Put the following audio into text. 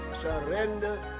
surrender